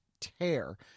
tear